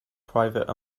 private